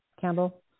Campbell